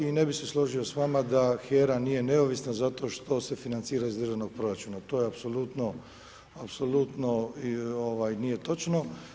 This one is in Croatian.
I ne bih se složio s vama da HERA nije neovisna zato što se financira iz državnog proračuna, to je apsolutno nije točno.